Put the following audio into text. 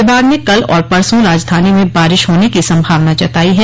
विभाग ने कल और परसों राजधानी में भी बारिश होने की संभावना जताई है